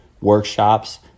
workshops